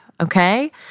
Okay